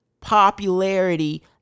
popularity